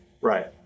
right